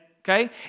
Okay